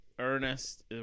Ernest